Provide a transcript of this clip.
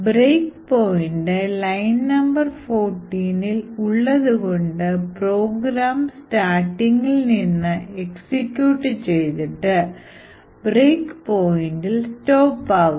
Breakpoint line number 14ഇൽ ഉള്ളതുകൊണ്ട് program starting നിന്ന് എക്സിക്യൂട്ട് ചെയ്തിട്ട് ബ്രേക്ക് പോയിൻറ്ഇൽ സ്റ്റോപ്പ് ആകും